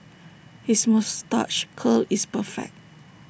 his moustache curl is perfect